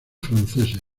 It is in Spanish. franceses